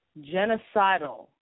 genocidal